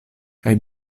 kaj